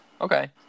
Okay